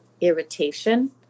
irritation